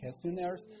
questionnaires